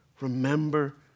remember